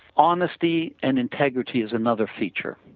honesty and integrity is another feature.